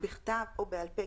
בכתב או בעל פה,